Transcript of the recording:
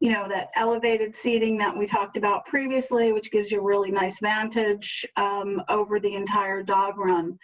you know that elevated seating that we talked about previously, which gives you a really nice vantage over the entire dog run